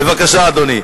בבקשה, אדוני.